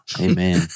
Amen